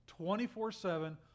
24-7